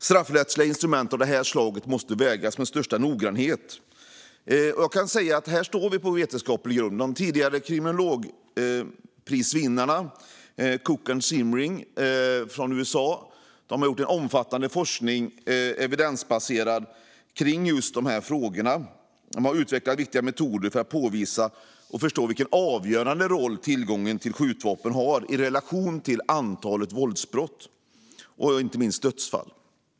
Straffrättsliga instrument av det här slaget måste vägas med största noggrannhet, och här står vi på vetenskaplig grund. Kriminologprisvinnarna Cook och Zimring från USA har gjort en omfattande evidensbaserad forskning om just där här frågorna. De har utvecklat viktiga metoder för att påvisa och förstå vilken avgörande roll tillgången till skjutvapen har i relation till antalet våldsbrott och inte minst dödsfall.